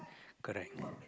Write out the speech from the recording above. correct